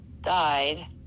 died